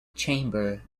chamber